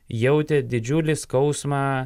jautė didžiulį skausmą